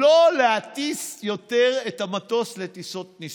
לא להטיס יותר את המטוס לטיסות ניסוי.